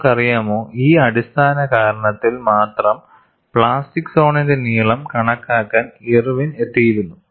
നിങ്ങൾക്കറിയാമോ ഈ അടിസ്ഥാന കാരണത്തിൽ മാത്രം പ്ലാസ്റ്റിക് സോണിന്റെ നീളം കണക്കാക്കാൻ ഇർവിൻ എത്തിയിരുന്നു